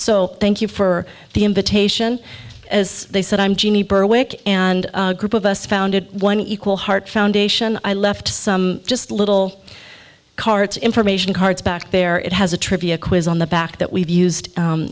so thank you for the invitation as they said i'm jeannie berwick and a group of us founded one equal heart foundation i left some just little carts information cards back there it has a trivia quiz on the back that we've used